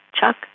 Chuck